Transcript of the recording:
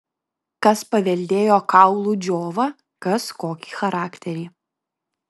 kas paveldėjo kaulų džiovą kas kokį charakterį